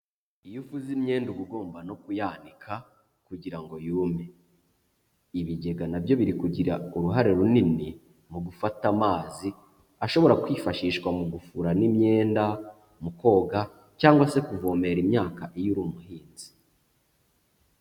Iyo ufuze imyenda uba ugomba no kuyanika kugira ngo yume. Ibigega na byo biri kugira uruhare runini mu gufata amazi ashobora kwifashishwa mu gufura n'imyenda, mu koga cyangwa se kuvomera imyaka iyo uri umuhinzi.